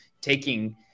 taking